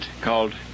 called